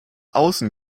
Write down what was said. außen